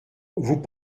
vous